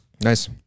Nice